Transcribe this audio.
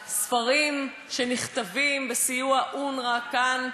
על הספרים שנכתבים בסיוע אונר"א כאן,